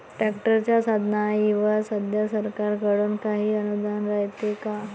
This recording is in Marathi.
ट्रॅक्टरच्या साधनाईवर सध्या सरकार कडून काही अनुदान रायते का?